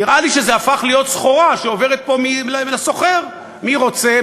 נראה לי שזה הפך להיות סחורה שעוברת לסוחר: מי רוצה,